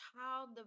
child